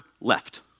left